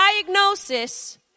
diagnosis